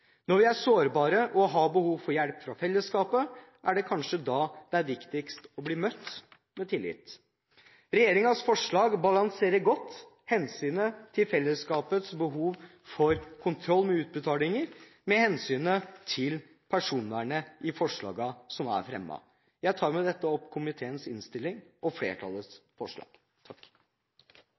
Når vi er sårbare og har behov for hjelp fra fellesskapet, er det kanskje da det er viktigst å bli møtt med tillit. Regjeringens forslag balanserer godt hensynet til fellesskapets behov for kontroll med utbetalinger og hensynet til personvernet. Jeg anbefaler med dette komiteens innstilling og flertallets forslag.